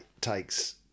takes